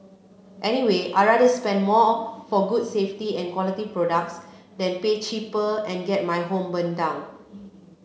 anyway I'd rather spend more for good safety and quality products than pay cheaper and get my home burnt down